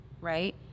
right